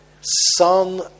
Son